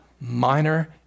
minor